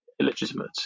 illegitimate